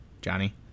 Johnny